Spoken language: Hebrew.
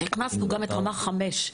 גם את רמה (5).